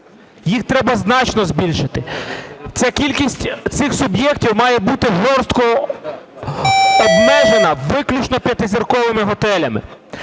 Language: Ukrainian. Їх треба значно збільшити. Ця кількість цих суб'єктів має бути жорстко обмежена виключно 5-зірковими готелями.